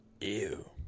Ew